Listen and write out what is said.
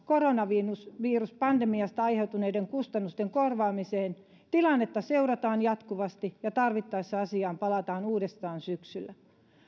koronaviruspandemiasta aiheutuneiden kustannusten korvaamiseen tilannetta seurataan jatkuvasti ja tarvittaessa asiaan palataan uudestaan syksyllä